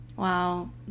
Wow